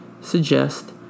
suggest